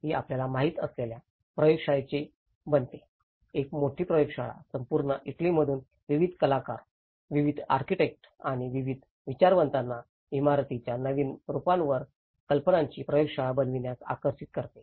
ही आपल्याला माहित असलेल्या प्रयोगशाळेची बनते एक मोठी प्रयोगशाळा संपूर्ण इटलीमधून विविध कलाकार विविध आर्किटेक्ट आणि विविध विचारवंतांना इमारतीच्या नवीन रूपांवर कल्पनांची प्रयोगशाळा बनविण्यास आकर्षित करते